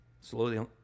Slowly